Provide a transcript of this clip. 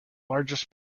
largest